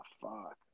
fuck